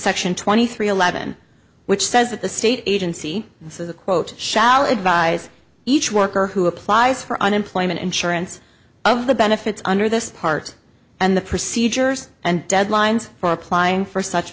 section twenty three eleven which says that the state agency this is a quote shall advise each worker who applies for unemployment insurance of the benefits under this part and the procedures and deadlines for applying for such